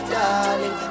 darling